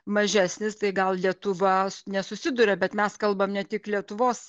mažesnis tai gal lietuva nesusiduria bet mes kalbam ne tik lietuvos